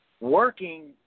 working